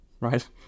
Right